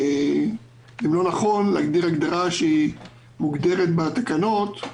האם לא נכון להגדיר הגדרה שמוגדרת בתקנות,